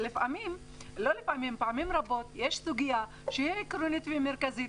פעמים רבות יש סוגיה שהיא עקרונית ומרכזית,